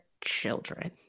children